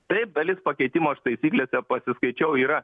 taip dalis pakeitimų aš taisyklėse pasiskaičiau yra